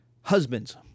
Husbands